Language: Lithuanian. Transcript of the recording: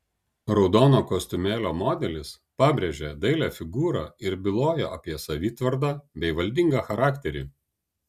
raudono kostiumėlio modelis pabrėžė dailią figūrą ir bylojo apie savitvardą bei valdingą charakterį